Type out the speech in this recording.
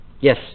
Yes